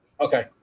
Okay